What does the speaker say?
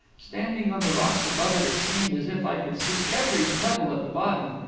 standing on the rocks above it, it seemed as if i could see every pebble at the bottom,